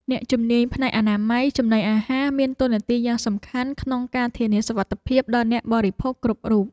អ្នកជំនាញផ្នែកអនាម័យចំណីអាហារមានតួនាទីយ៉ាងសំខាន់ក្នុងការធានាសុវត្ថិភាពដល់អ្នកបរិភោគគ្រប់រូប។